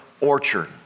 orchard